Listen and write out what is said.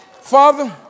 Father